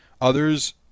others